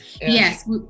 yes